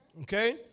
Okay